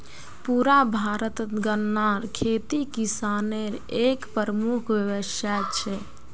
पुरा भारतत गन्नार खेती किसानेर एक प्रमुख व्यवसाय छे